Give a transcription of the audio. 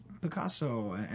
Picasso